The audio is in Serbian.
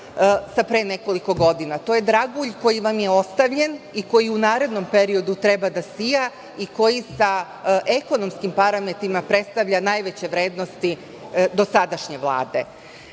sa pre nekoliko godina. To je dragulj koji vam je ostavljen i koji u narednom periodu treba da sija i koji sa ekonomskim parametrima predstavlja najveće vrednosti dosadašnje Vlade. Posle